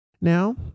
now